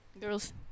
girls